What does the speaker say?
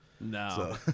No